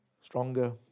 stronger